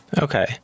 Okay